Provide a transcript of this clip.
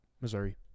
Missouri